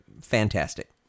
fantastic